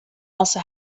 also